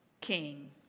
king